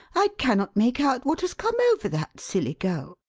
i cannot make out what has come over that silly girl,